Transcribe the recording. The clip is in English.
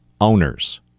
owners